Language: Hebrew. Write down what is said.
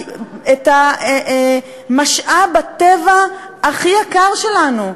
את משאב הטבע הכי יקר שלנו,